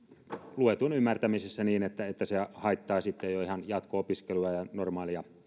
luetun ymmärtämisessä niin että että se haittaa sitten jo ihan jatko opiskelua ja normaalia